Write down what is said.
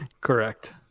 Correct